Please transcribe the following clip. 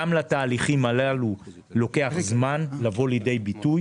גם לתהליכים הללו לוקח זמן לבוא לידי ביטוי.